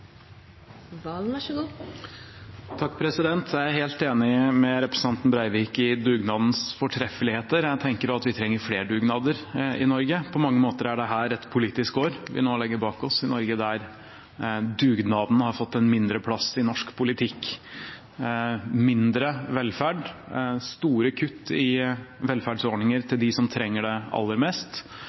Breivik i dugnadens fortreffeligheter, og jeg tenker at vi trenger flere dugnader i Norge. På mange måter er det et politisk år vi nå legger bak oss i Norge, der dugnaden har fått en mindre plass i norsk politikk: mindre velferd, store kutt i velferdsordninger til dem som trenger det aller mest,